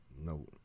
No